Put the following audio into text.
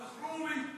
אלחְרומי.